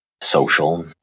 social